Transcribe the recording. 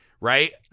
Right